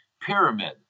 pyramid